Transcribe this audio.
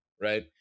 Right